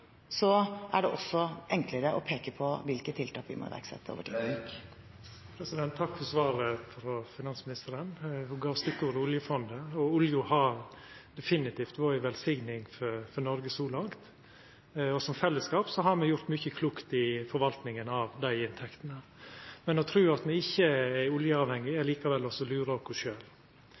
er det enklere å peke på hvilke tiltak vi må iverksette over tid. Takk for svaret frå finansministeren. Ho gav stikkordet oljefondet, og olja har definitivt vore ei velsigning for Noreg så langt. Som fellesskap har me gjort mykje klokt i forvaltinga av dei inntektene, men å tru at me ikkje er oljeavhengige, er likevel